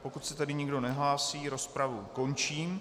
Pokud se nikdo nehlásí, rozpravu končím.